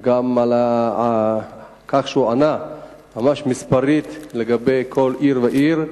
גם על כך שהוא ענה ממש מספרית לגבי כל עיר ועיר.